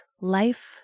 life